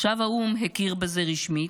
עכשיו האו"ם הכיר בזה רשמית.